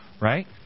right